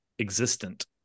existent